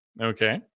Okay